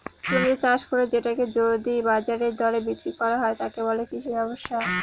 জমিতে চাষ করে সেটাকে যদি বাজারের দরে বিক্রি করা হয়, তাকে বলে কৃষি ব্যবসা